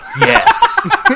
yes